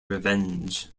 revenge